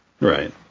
Right